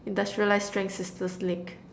industrialized strength sister's leg